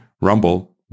Rumble